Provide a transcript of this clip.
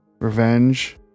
Revenge